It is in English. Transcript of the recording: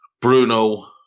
Bruno